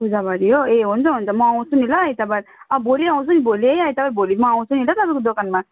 पूजाअगाडि हो ए हुन्छ हुन्छ म आउँछु नि ल आइतवार अँ भोलि आउँछु नि भोलि है आइतवार भोलि आउँछु नि ल म तपाईँको दोकानमा